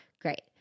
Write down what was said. Great